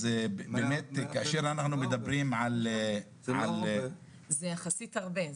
אז באמת כאשר אנחנו מדברים על --- זה יחסית הרבה,